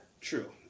true